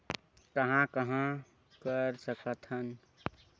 कहां कहां कर सकथन?